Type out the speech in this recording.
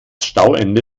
stauende